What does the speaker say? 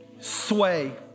Sway